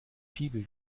fibel